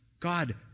God